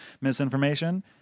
misinformation